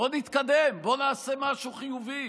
בוא נתקדם, בוא נעשה משהו חיובי,